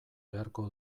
beharko